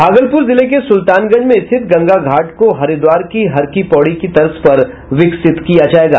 भागलपुर जिले के सुल्तानगंज में स्थित गंगा घाट को हरिद्वार की हर की पौड़ी की तर्ज पर विकसित किया जायेगा